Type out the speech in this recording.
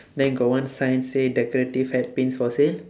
then got one sign say decorative hat pins for sale